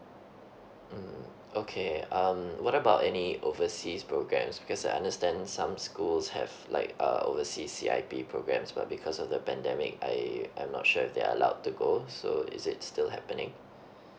mm okay um what about any overseas programs because I understand some schools have like uh oversea C_I_P programs but because of the pandemic I I'm not sure if they are allowed to go so is it still happening